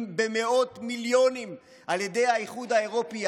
במאות מיליונים על ידי האיחוד האירופי,